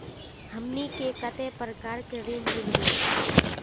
हमनी के कते प्रकार के ऋण मीलोब?